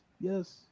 yes